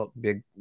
big